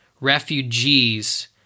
refugees